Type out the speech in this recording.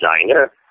designer